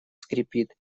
скрипит